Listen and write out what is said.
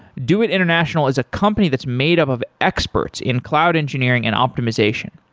doit international is a company that's made up of experts in cloud engineering and optimization.